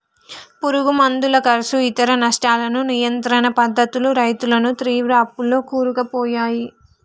పురుగు మందుల కర్సు ఇతర నష్టాలను నియంత్రణ పద్ధతులు రైతులను తీవ్ర అప్పుల్లో కూరుకుపోయాయి